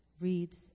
reads